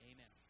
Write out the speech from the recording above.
Amen